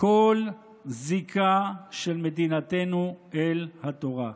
כל זיקה של מדינתנו אל התורה".